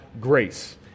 grace